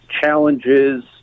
challenges